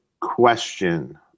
question